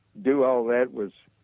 do all that was